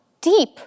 deep